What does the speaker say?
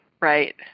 Right